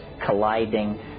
colliding